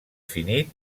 finit